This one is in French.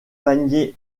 paniers